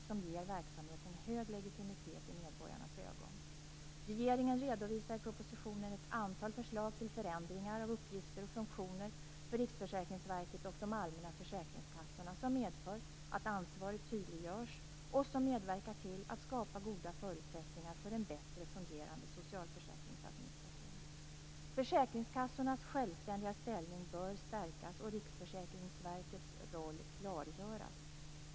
Det ger verksamheten hög legitimitet i medborgarnas ögon. Regeringen redovisar i propositionen ett antal förslag till förändringar av uppgifter och funktioner för Riksförsäkringsverket och de allmänna försäkringskassorna som medför att ansvaret tydliggörs och som medverkar till att skapa goda förutsättningar för en bättre fungerande administration av socialförsäkringarna. Försäkringskassornas självständiga ställning bör stärkas och Riksförsäkringsverkets roll klargöras.